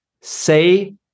Say